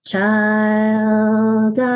Child